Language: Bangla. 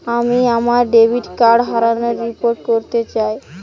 আমি আমার ডেবিট কার্ড হারানোর রিপোর্ট করতে চাই